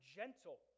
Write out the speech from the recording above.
gentle